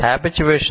habituation